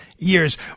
years